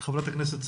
חברת הכנסת סאלח.